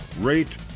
rate